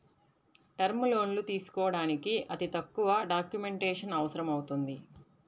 term లోన్లు తీసుకోడానికి అతి తక్కువ డాక్యుమెంటేషన్ అవసరమవుతుంది